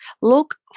Look